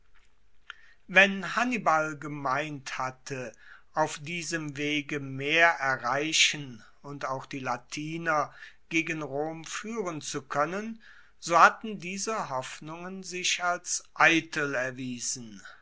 wenn hannibal gemeint hatte auf diesem wege mehr erreichen und auch die latiner gegen rom fuehren zu koennen so hatten diese hoffnungen sich als eitel erwiesen